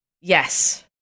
Yes